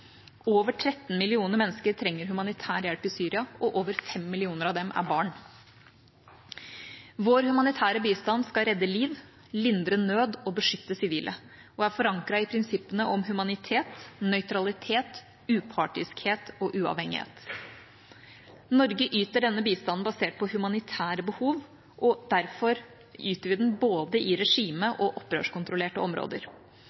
Over 13 millioner mennesker trenger humanitær hjelp i Syria, og over 5 millioner av dem er barn. Vår humanitære bistand skal redde liv, lindre nød og beskytte sivile og er forankret i prinsippene om humanitet, nøytralitet, upartiskhet og uavhengighet. Norge yter denne bistanden basert på humanitære behov, og derfor yter vi den i både regime- og opprørskontrollerte områder.